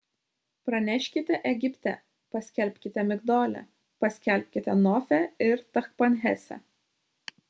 praneškite egipte paskelbkite migdole paskelbkite nofe ir tachpanhese